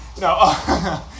No